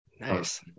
Nice